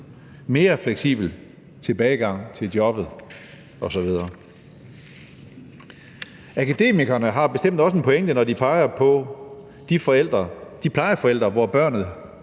mere fleksibel tilbagegang til jobbet osv. Akademikerne har bestemt også en pointe, når de peger på, at de plejeforældre, som barnet